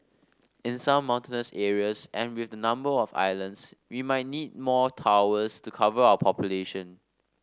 in some mountainous areas and with the number of islands we might need more towers to cover our population